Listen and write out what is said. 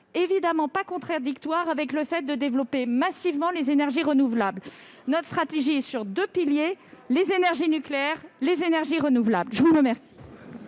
évidemment pas contradictoire avec le fait de développer massivement les énergies renouvelables. Notre stratégie est fondée sur deux piliers : les énergies nucléaires et les énergies renouvelables. La parole